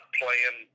playing